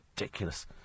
Ridiculous